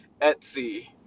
Etsy